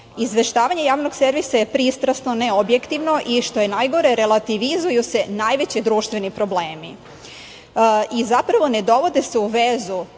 većine. Izveštavanje Javnog servisa je pristrasno, neobjektivno i što je najgore relativizuju se najveći društveni problemi i zapravo ne dovode se u vezu